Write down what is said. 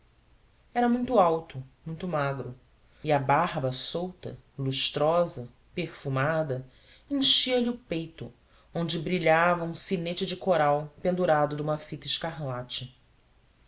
era muito alto muito magro e a barba solta lustrosa perfumada enchia-lhe o peito onde brilhava um sinete de coral pendurado de uma fita escarlate